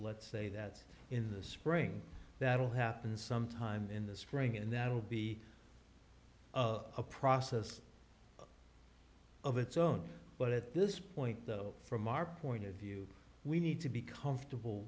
let's say that's in the spring that will happen sometime in the spring and that will be a process of its own but at this point though from our point of view we need to be comfortable